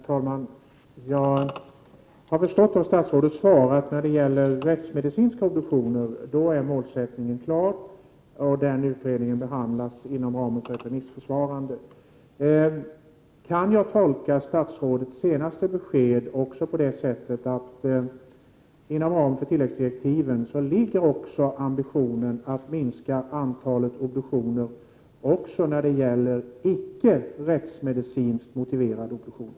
Herr talman! Jag har förstått av statsrådets svar att målsättningen är klar när det gäller rättsmedicinska obduktioner. Utredningen behandlas nu inom ramen för remissförfarandet. Kan jag tolka statsrådets senaste besked på det sättet att det inom ramen för tilläggsdirektiven finns ambitionen att också minska antalet icke-rättsmedicinskt motiverade obduktioner?